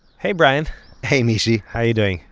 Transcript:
hey brian hey mishy how are you doing?